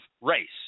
race